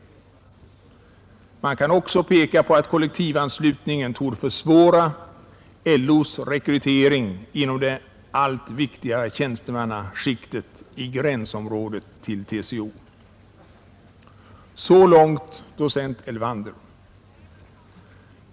Man kan också peka på att kollektivanslutningen torde försvåra LO: rekrytering inom det allt viktigare tjänstemannaskiktet i gränsområdet till TCO.” Så långt docent Elvander.